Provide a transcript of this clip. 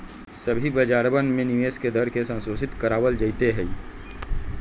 सभी बाजारवन में निवेश के दर के संशोधित करावल जयते हई